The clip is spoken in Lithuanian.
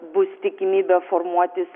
bus tikimybė formuotis